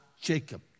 Jacob